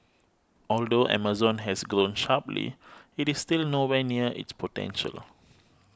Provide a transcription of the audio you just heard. although Amazon has grown sharply it is still nowhere near its potential